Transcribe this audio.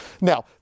Now